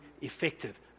effective